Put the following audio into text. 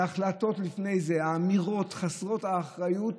וההחלטות לפני זה, האמירות חסרות האחריות,